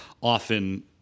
often